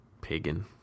pagan